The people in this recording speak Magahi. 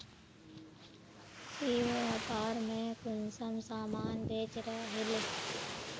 ई व्यापार में कुंसम सामान बेच रहली?